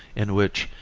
in which,